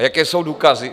A jaké jsou důkazy?